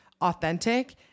authentic